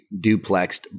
duplexed